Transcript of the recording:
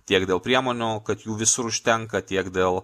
tiek dėl priemonių kad jų visur užtenka tiek dėl